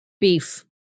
beef